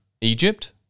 Egypt